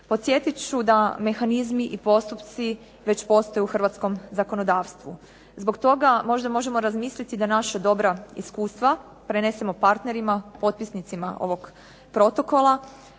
Podsjetit ću da mehanizmi i postupci već postoje u hrvatskom zakonodavstvu. Zbog toga možda možemo razmisliti da naša dobra iskustva prenesemo partnerima potpisnicima ovog protokola,